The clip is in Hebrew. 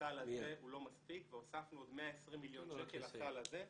הסל הזה הוא לא מספיק והוספנו 120 מיליון שקלים לסל הזה,